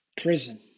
prison